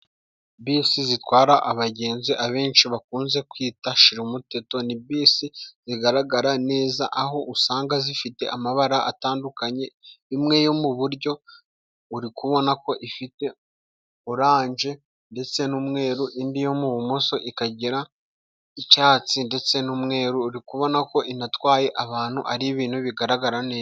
Bisi zitwara abagenzi, abenshi bakunze kwita shirumuteto, ni bisi zigaragara neza, aho usanga zifite amabara atandukanye, imwe yo mu buryo uri kubona ko ifite oranje, ndetse n'umweru, indi yo mu bumoso ikagira icatsi, ndetse n'umweru, uri kubona ko inatwaye abantu, ari ibintu bigaragara neza.